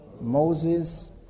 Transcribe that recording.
Moses